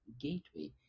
Gateway